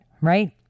right